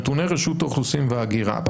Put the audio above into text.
נתוני רשות האוכלוסין וההגירה,